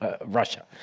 Russia